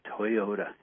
Toyota